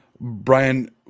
Brian